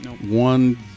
one